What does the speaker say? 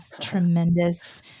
tremendous